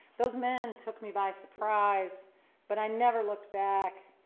those men took me by surprise but i never looked back,